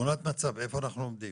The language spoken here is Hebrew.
תמונת מצב, איפה אנחנו עומדים.